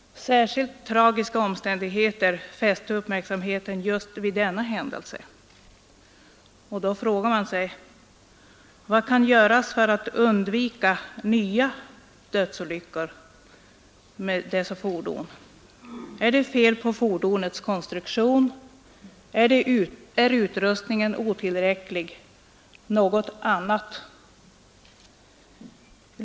Särskilt tragiska omständigheter fäste uppmärksamheten just vid denna händelse. Man frågar sig: Vad kan göras för att undvika nya dödsolyckor med dessa fordon? Är det fel på fordonets konstruktion? Är utrustningen otillräcklig? Kan åtgärder i något annat avseende vidtas?